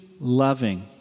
loving